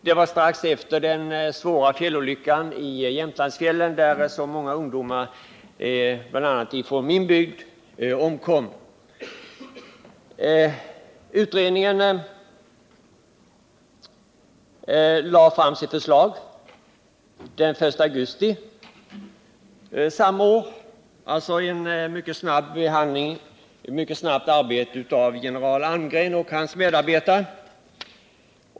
Det var strax efter den svåra fjällolyckan i Jämtlandsfjällen, där många ungdomar, bl.a. från min bygd, omkom. Utredningen lade fram sitt förslag den 1 augusti förra året efter ett mycket snabbt utfört arbete av general Almgren och hans medarbetare.